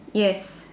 yes